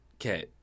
Okay